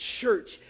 Church